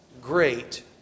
great